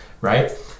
right